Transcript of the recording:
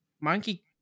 Monkey